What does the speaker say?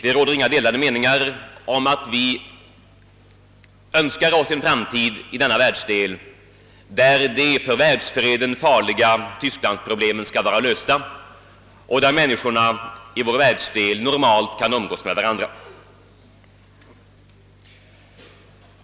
Det råder inga delade meningar om att vi önskar en framtid i vår världsdel där det för världsfreden farliga tysklandsproblemet skall vara löst och där människor kan umgås med varandra under normala villkor.